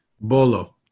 Bolo